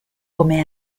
come